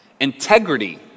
Integrity